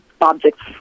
objects